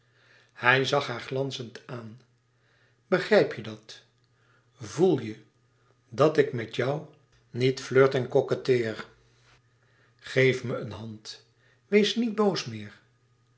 hij zag haar glanzend aan begrijp je dat voel je dat ik met jou niet flirt en coquetteer geef me een hand wees niet boos meer